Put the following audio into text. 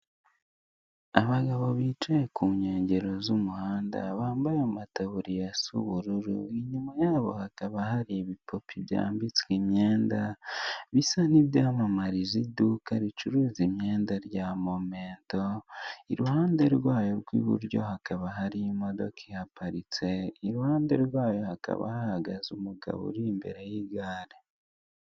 Abagabo bicaye ku nkengero z'umuhanda, bambaye amataburiya asa ubururu, inyuma yabo hakaba hari ibipope byambitswe imyenda, bisa n'ibyamamariza iduka ricuruza myenda rya Momento, iruhande rwayo rw'iburyo hakaba hari imodoka ihaparitse, iruhande rwayo hakaba hahagaze umugabo uri imbere y'igare.